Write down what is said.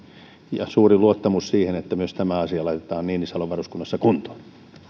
suuri luottamus siihen että myös tämä asia laitetaan niinisalon varuskunnassa kuntoon